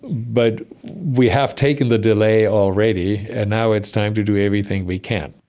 but we have taken the delay already and now it's time to do everything we can.